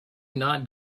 not